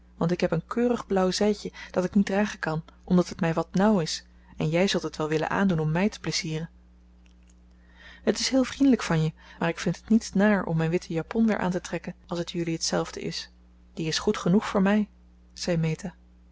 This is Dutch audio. want ik heb een keurig blauw zijdje dat ik niet dragen kan omdat het mij wat nauw is en jij zult het wel willen aandoen om mij te plezieren het is heel vriendelijk van je maar ik vind het niets naar om mijn witte japon weer aan te trekken als het jullie hetzelfde is die is goed genoeg voor mij zei meta